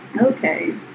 Okay